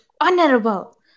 honorable